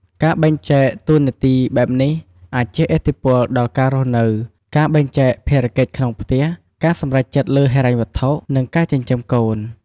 ការបែងចែកតួនាទីបែបនេះអាចជះឥទ្ធិពលដល់ការរស់ ការបែងចែកភារកិច្ចក្នុងផ្ទះ ការសម្រេចចិត្តលើហិរញ្ញវត្ថុ និងការចិញ្ចឹមកូន។